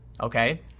Okay